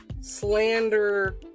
slander